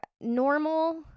normal